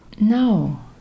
No